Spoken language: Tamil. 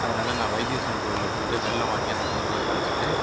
அதனால் நான் வைத்தீஸ்வரன் கோவில்ல போய்ட்டு வெல்லம் வாங்கி அந்தக் குளத்துல கரைச்சுட்டு